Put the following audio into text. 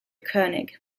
koenig